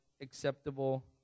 acceptable